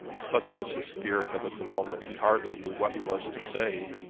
such was his fear that at the moment he hardly knew what he was to say.